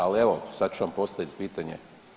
Ali evo sad ću vam postaviti pitanje.